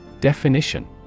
Definition